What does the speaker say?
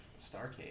Starcade